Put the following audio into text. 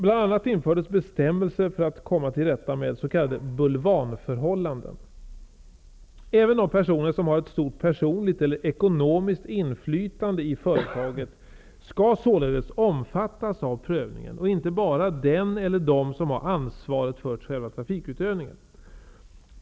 Bl.a. infördes bestämmelser för att komma till rätta med s.k. bulvanförhållanden. Även de personer som har ett stort personligt eller ekonomiskt inflytande i företaget skall således omfattas av prövningen och inte bara den eller de som har ansvaret för trafikutövningen.